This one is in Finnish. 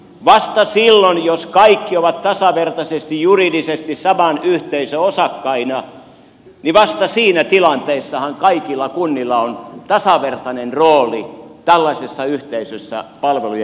vasta silloin jos kaikki ovat tasavertaisesti juridisesti saman yhteisön osakkaina vasta siinä tilanteessahan kaikilla kunnilla on tasavertainen rooli tällaisessa yhteisössä palveluja järjestettäessä